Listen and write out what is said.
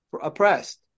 oppressed